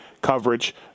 coverage